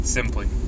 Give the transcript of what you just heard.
Simply